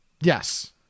yes